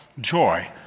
Joy